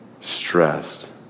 stressed